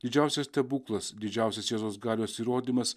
didžiausias stebuklas didžiausias jėzaus galios įrodymas